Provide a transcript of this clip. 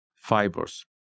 Fibers